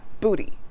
booty